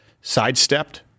sidestepped